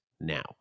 now